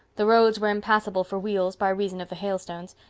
the roads were impassable for wheels by reason of the hailstones,